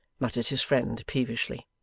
muttered his friend, peevishly.